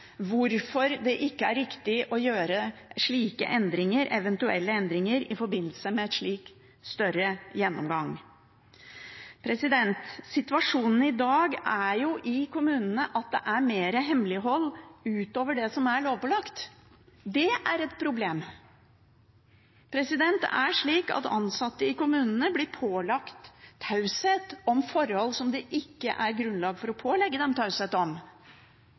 hvorfor det ikke er riktig å gjøre slike eventuelle endringer i forbindelse med en slik større gjennomgang. Situasjonen i dag i kommunene er jo den at det er mer hemmelighold utover det som er lovpålagt. Det er et problem. Det er slik at ansatte i kommunene blir pålagt taushetsplikt om forhold som det ikke er grunnlag for å pålegge dem taushetsplikt om.